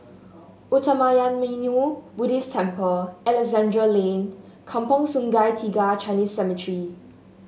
Uttamayanmuni Buddhist Temple Alexandra Lane Kampong Sungai Tiga Chinese Cemetery